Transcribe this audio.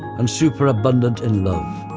and super abundant in love,